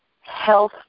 health